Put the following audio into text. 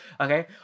okay